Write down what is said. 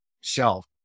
shelf